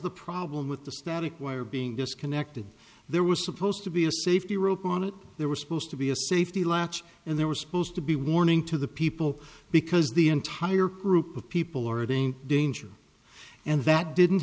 the problem with the static wire being disconnected there was supposed to be a safety rope on it there was supposed to be a safety latch and there was supposed to be warning to the people because the entire group of people already in danger and that didn't